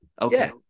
Okay